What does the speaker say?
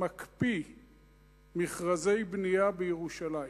מקפיא מכרזי בנייה בירושלים,